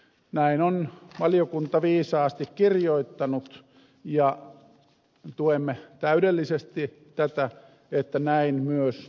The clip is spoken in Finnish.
näin on valiokunta viisaasti kirjoittanut ja tuemme täydellisesti tätä että näin myös tehtäisiin